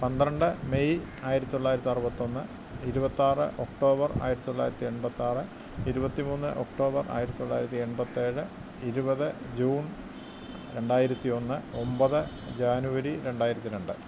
പന്ത്രണ്ട് മെയ് ആയിരത്തി തൊള്ളായിരത്തി അറുപത്തൊന്ന് ഇരുപത്താറ് ഒക്ടോബർ ആയിരത്തി തൊള്ളായിരത്തി എൺപത്താറ് ഇരുപത്തി മൂന്ന് ഒക്ടോബർ ആയിരത്തി തൊള്ളായിരത്തി എൺപത്തേഴ് ഇരുപത് ജൂൺ രണ്ടായിരത്തി ഒന്ന് ഒൻപത് ജാനുവരി രണ്ടായിരത്തി രണ്ട്